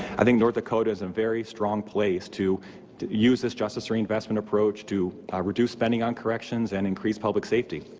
i think north dakota is a and very strong place to to use this justice reinvestment approach to reduce spending on corrections and increase public safety